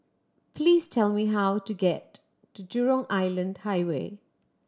please tell me how to get to Jurong Island Highway